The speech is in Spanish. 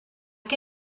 que